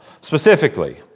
specifically